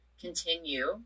continue